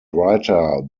writer